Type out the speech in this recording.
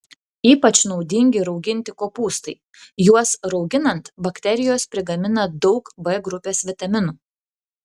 ypač naudingi rauginti kopūstai juos rauginant bakterijos prigamina daug b grupės vitaminų